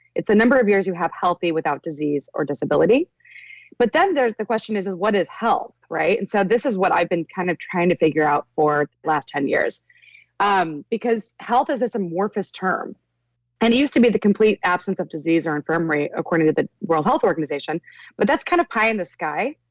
it's a number of years you have healthy without disease or disability but then there's the question is is what is health, right? and so this is what i've been kind of trying to figure out for the last ten years um because health is just a morphous term and it used to be the complete absence of disease or infirmary according to the world health organization but that's kind of pie in the sky.